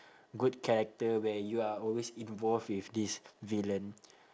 good character where you are always involved with this villain